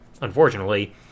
unfortunately